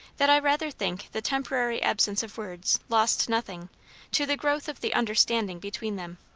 that i rather think the temporary absence of words lost nothing to the growth of the understanding between them.